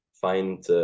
find